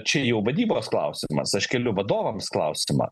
čia jau vadybos klausimas aš keliu vadovams klausimą